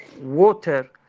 water